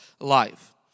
Life